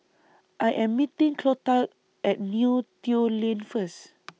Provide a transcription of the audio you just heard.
I Am meeting Clotilde At Neo Tiew Lane First